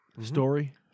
story